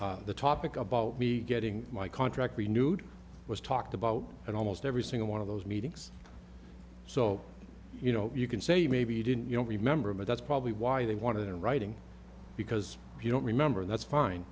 meeting the topic about me getting my contract renewed was talked about at almost every single one of those meetings so you know you can say you maybe didn't you don't remember but that's probably why they wanted in writing because if you don't remember that's fine